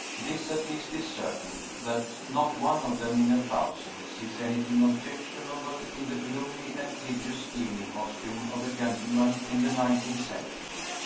this at least is certain, that not one of them in a thousand sees anything objectionable in the gloomy and hideous evening costume of a gentleman in the nineteenth century.